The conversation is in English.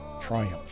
Triumph